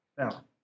Now